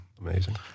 Amazing